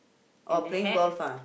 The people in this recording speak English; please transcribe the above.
and the hat